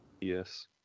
Yes